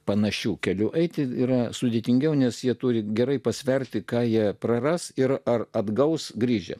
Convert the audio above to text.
panašiu keliu eiti yra sudėtingiau nes jie turi gerai pasverti ką jie praras ir ar atgaus grįžę